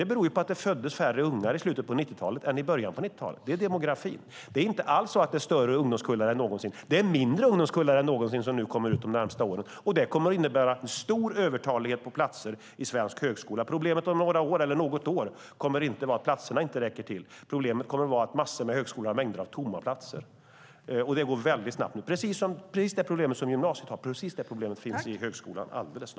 Det beror på att det föddes färre ungar i slutet av 90-talet än i början av 90-talet. Det handlar om demografin. Det är inte alls så att det är större ungdomskullar än någonsin. Det är mindre ungdomskullar än någonsin som kommer ut de närmaste åren. Detta kommer att innebära en stor övertalighet av platser i svensk högskola. Problemet om något eller några år kommer inte att vara att platserna inte räcker till. Problemet kommer att vara att massor med högskolor har mängder av tomma platser. Det går mycket snabbt nu. Precis det problem som gymnasiet har finns snart i högskolan.